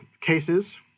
cases